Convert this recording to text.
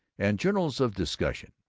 and journals of discussion.